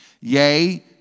Yea